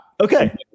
Okay